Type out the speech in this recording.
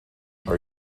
are